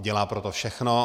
Dělá pro to všechno.